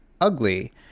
ugly